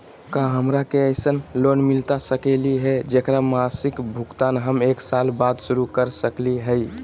का हमरा के ऐसन लोन मिलता सकली है, जेकर मासिक भुगतान हम एक साल बाद शुरू कर सकली हई?